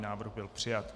Návrh byl přijat.